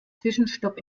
zwischenstopp